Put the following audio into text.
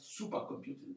supercomputing